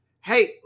hey